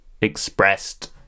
expressed